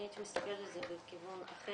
אני הייתי מסתכלת על זה בכיוון אחר.